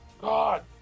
God